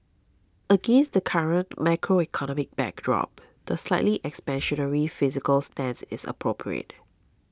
against the current macroeconomic backdrop the slightly expansionary fiscal stance is appropriate